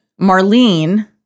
Marlene